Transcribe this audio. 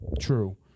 true